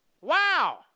Wow